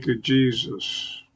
Jesus